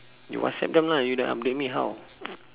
you whatsapp them lah you then update me how